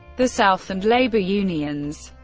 the south, and labor unions.